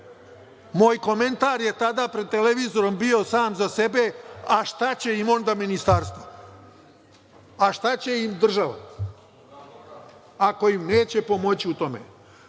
Moj komentar je tada pred televizorom bio, sam za sebe – a šta će im onda Ministarstvo, a šta će im država, ako im neće pomoći u tome?